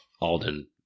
Alden